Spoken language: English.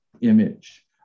image